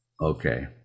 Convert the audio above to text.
Okay